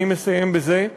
אני מסיים בזה.